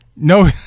No